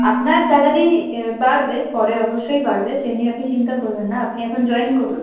আপনার স্যালারি বাড়বে পরে অবশ্যই বাড়বে সে নিয়ে আপনি চিন্তা করবেন না আপনি এখন জয়েন করুন